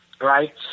right